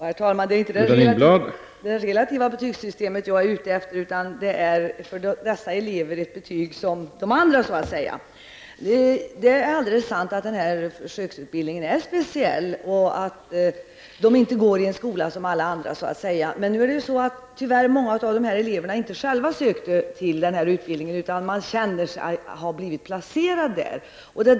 Herr talman! Jag är inte ute efter det relativa betygssystemet, utan ett betygssystem som är likvärdigt med det som tillämpas för andra elever. Det är riktigt att denna försöksutbildning är speciell och att eleverna går i en skola som är annorlunda. Tyvärr har många av dessa elever inte själva sökt till denna utbildning, utan de känner det som att de har blivit placerade där.